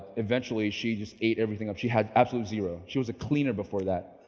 eventually she just ate everything up. she had absolute zero. she was a cleaner before that.